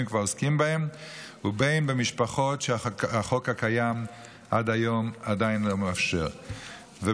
כבר עוסקים בהם ולמשפחות שהחוק הקיים עד היום עדיין לא מאפשר זאת להם.